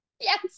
Yes